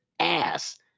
ass